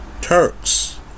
Turks